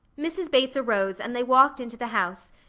mrs. bates arose and they walked into the house,